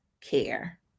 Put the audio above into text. care